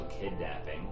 kidnapping